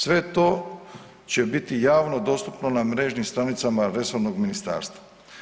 Sve to će biti javno dostupno na mrežnim stranicama resornog ministarstva.